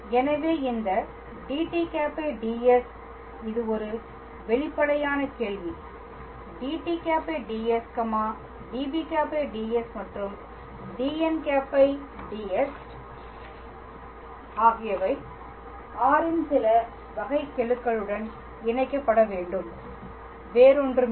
எனவே இந்த dt̂ ds இது ஒரு வெளிப்படையான கேள்வி dt̂ ds db̂ ds மற்றும் dn̂ ds ஆகியவை r இன் சில வகைக்கெழுகளுடன் இணைக்கப்பட வேண்டும் வேறு ஒன்றும் இல்லை